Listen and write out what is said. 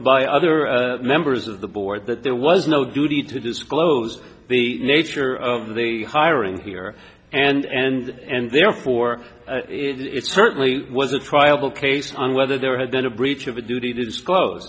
by other members of the board that there was no duty to disclose the nature of the hiring here and therefore it certainly was a trial case on whether there had been a breach of a duty to disclose